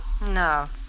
No